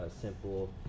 simple